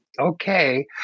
Okay